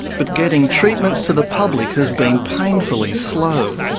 but getting treatments to the public has been painfully slow.